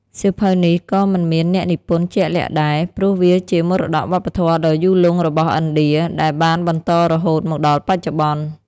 សៀវភៅនេះក៏មិនមានអ្នកនិពន្ធជាក់លាក់ដែរ ព្រោះវាជាមរតកវប្បធម៌ដ៏យូរលង់របស់ឥណ្ឌា ដែលបានបន្តរហូតមកដល់កម្ពុជា។